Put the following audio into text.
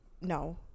no